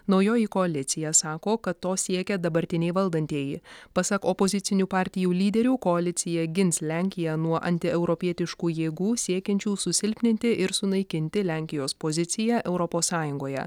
naujoji koalicija sako kad to siekia dabartiniai valdantieji pasak opozicinių partijų lyderių koalicija gins lenkiją nuo antieuropietiškų jėgų siekiančių susilpninti ir sunaikinti lenkijos poziciją europos sąjungoje